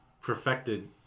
perfected